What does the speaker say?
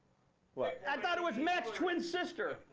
what? i thought it was matt's twin sister.